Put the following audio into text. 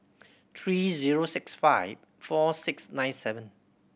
three zero six five four six nine seven